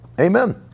Amen